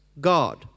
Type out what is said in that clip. God